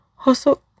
Hosok